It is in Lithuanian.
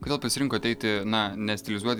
kodėl pasirinkot eiti na nestilizuotai